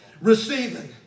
Receiving